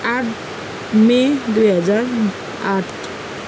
आठ मे दुई हजार आठ